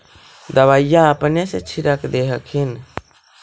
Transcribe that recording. दबइया अपने से छीरक दे हखिन?